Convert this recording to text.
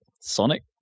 Sonic